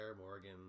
Morgan